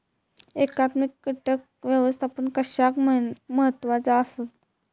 एकात्मिक कीटक व्यवस्थापन कशाक महत्वाचे आसत?